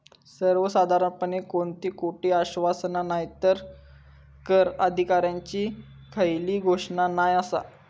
सर्वसाधारणपणे कोणती खोटी आश्वासना नायतर कर अधिकाऱ्यांची खयली घोषणा नाय आसा